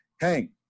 Hank